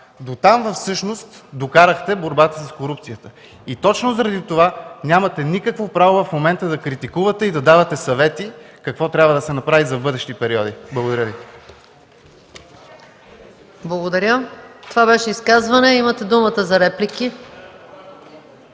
Дотам всъщност докарахте борбата с корупцията. И точно заради това нямате никакво право в момента да критикувате и да давате съвети какво трябва да се направи за бъдещи периоди. Благодаря Ви. ПРЕДСЕДАТЕЛ МАЯ МАНОЛОВА: Благодаря. Това беше изказване. Имате думата за реплики.